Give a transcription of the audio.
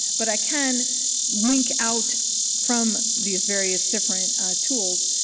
but i can link out from these various different tools.